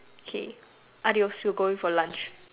okay adios we going for lunch